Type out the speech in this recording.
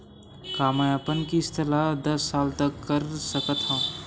का मैं अपन किस्त ला दस साल तक कर सकत हव?